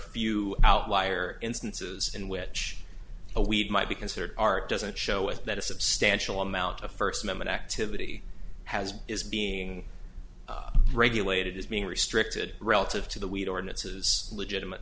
few outlier instances in which a weed might be considered art doesn't show it that a substantial amount of first amendment activity has is being regulated is being restricted relative to the weed ordinances legitimate